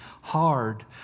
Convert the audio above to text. hard